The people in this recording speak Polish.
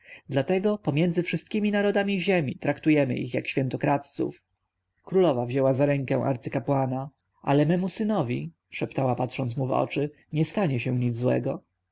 dlatego między wszystkiemi narodami ziemi traktujemy ich jak świętokradców królowa wzięła za rękę arcykapłana ale memu synowi szeptała patrząc mu w oczy nie stanie się nic złego